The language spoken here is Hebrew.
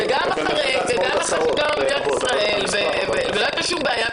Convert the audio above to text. וגם אחרי שקמה מדינת ישראל, ולא הייתה שום בעיה.